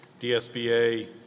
dsba